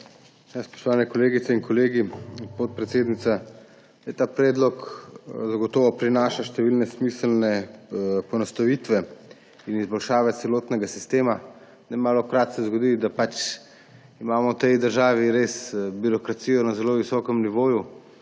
Spoštovane kolegice in kolegi, podpredsednica! Ta predlog zagotovo prinaša številne smiselne poenostavitve in izboljšave celotnega sistema. Nemalokrat se zgodi, da imamo v tej državi res birokracijo na zelo visokem nivoju